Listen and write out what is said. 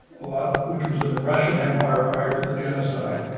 a lot, which was in the russian empire prior to the genocide.